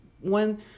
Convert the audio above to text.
one